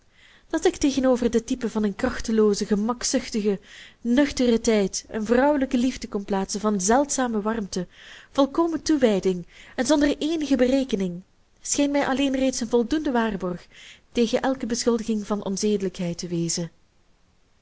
dat ik tegenover dit type van een krachteloozen gemakzuchtigen nuchteren tijd een vrouwelijke liefde kon plaatsen van zeldzame warmte volkomen toewijding en zonder eenige berekening scheen mij alleen reeds een voldoende waarborg tegen elke beschuldiging van onzedelijkheid te wezen